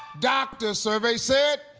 doctor. survey said.